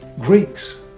Greeks